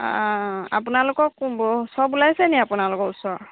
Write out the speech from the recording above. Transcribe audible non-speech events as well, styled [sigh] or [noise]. আপোনালোকৰ [unintelligible] চব ওলাইছে নি আপোনালোকৰ ওচৰৰ